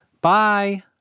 Bye